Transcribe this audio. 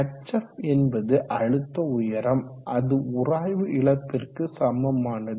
hf என்பது அழுத்த உயரம் அது உராய்வு இழப்பிற்கு சமமானது